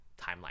timeline